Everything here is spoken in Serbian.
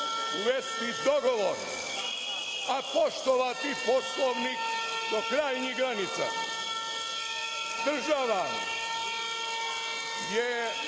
uvesti dogovor a poštovati Poslovnik do krajnjih granica. Država je